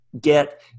get